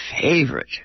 favorite